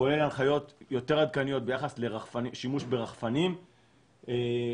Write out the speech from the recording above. כולל הנחיות יותר עדכניות ביחס לשימוש ברחפנים וכאמור,